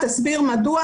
תסביר מדוע,